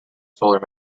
solar